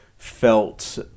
felt